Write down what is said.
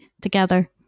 together